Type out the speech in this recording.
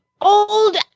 old